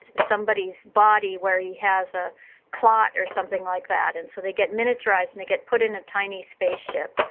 somebody's body, where he has a clot or something like that. and so they get miniaturized, and they get put in a tiny spaceship.